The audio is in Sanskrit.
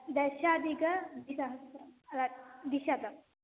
दशाधिकद्विसहस्रं द्विशतम्